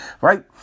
right